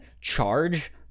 charge